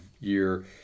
year